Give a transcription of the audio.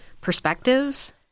perspectives